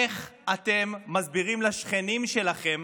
איך אתם מסבירים לשכנים שלכם,